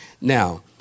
Now